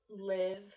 live